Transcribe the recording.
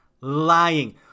lying